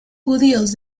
judíos